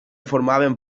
formaven